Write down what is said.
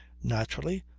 naturally,